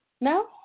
No